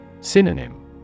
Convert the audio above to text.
Synonym